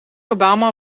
obama